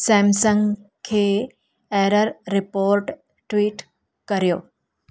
Samsung खे error report tweet करियो